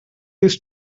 his